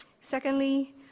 Secondly